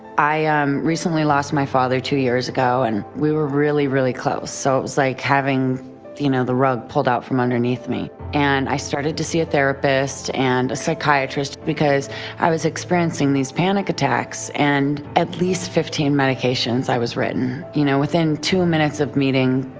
i um recently lost my father two years ago and we were really really close and so it was like having you know the rug pulled out from underneath me and i started to see a therapist and a psychiatrist because i was experiencing these panic attacks and at least fifteen medications i was written, you know, within two minutes of meeting,